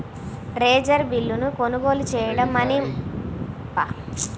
treasury బిల్లును కొనుగోలు చేయడం మనీ మార్కెట్లో పెట్టుబడి పెట్టవచ్చని కూడా ఈ మధ్యనే తెలిసింది